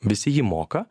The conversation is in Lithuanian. visi jį moka